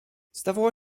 zdawało